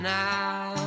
now